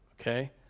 okay